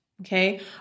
Okay